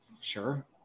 Sure